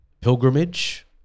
pilgrimage